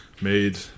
made